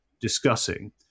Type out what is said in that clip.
discussing